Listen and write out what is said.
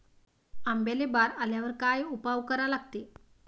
आंब्याले बार आल्यावर काय उपाव करा लागते?